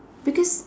because